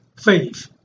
faith